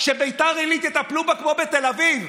שביתר עילית, יטפלו בה כמו בתל אביב.